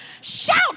Shout